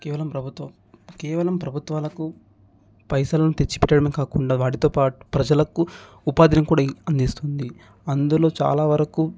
కేవలం ప్రభుత్వం కేవలం ప్రభుత్వాలకు పైసలు తెచ్చిపెట్టడమే కాకుండా వాటితోపాటు ప్రజలకు ఉపాధిని కూడా అందిస్తుంది అందులో చాలా వరకు